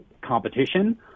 competition